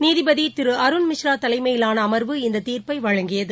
நீதிபதிதிருஅருண்மிஸ்ரா தலைமையிலானஅமர்வு இந்ததீர்ப்பைவழங்கியது